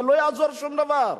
אבל לא יעזור שום דבר.